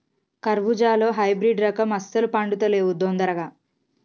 కర్బుజాలో హైబ్రిడ్ రకం అస్సలు పండుతలేవు దొందరగా